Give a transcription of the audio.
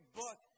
book